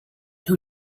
who